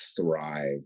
thrive